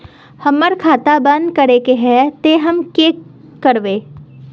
हमर खाता बंद करे के है ते हम की करबे?